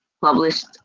published